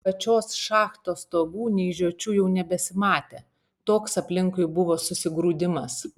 pačios šachtos stovų nei žiočių jau nebesimatė toks aplinkui buvo susigrūdimas